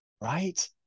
Right